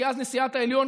כי אז נשיאת העליון,